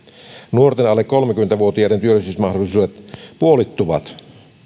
nuorten alle kolmekymmentä vuotiaiden työllistymismahdollisuudet puolittuvat